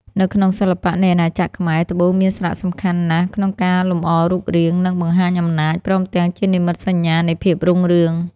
នៅក្នុងសិល្បៈនៃអាណាចក្រខ្មែរ ត្បូងមានសារៈសំខាន់ណាស់ក្នុងការលម្អរូបរាង និងបង្ហាញអំណាច ព្រមទាំងជានិមិត្តសញ្ញានៃភាពរុងរឿង។